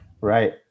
right